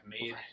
made